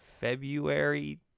February